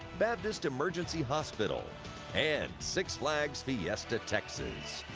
baptist emergency hospital and six flags fiesta, texas.